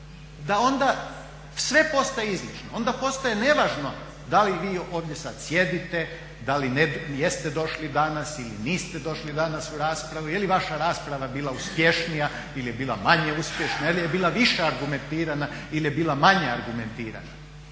da onda sve postaje izlišno. Onda postaje nevažno da li vi ovdje sada sjedite, da li jeste došli danas ili niste došli danas u raspravi, jeli vaša rasprava bila uspješnija ili je bila manje uspješna, jeli bila više argumentirana ili je bila manje argumentirana